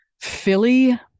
Philly